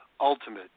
Ultimate